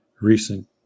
recent